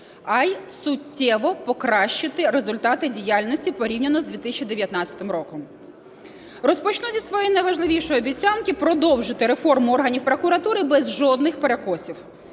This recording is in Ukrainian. а й суттєво покращити результати діяльності порівняно з 2019 роком. Розпочну зі своєї найважливішої обіцянки – продовжити реформу органів прокуратури без жодних перекосів.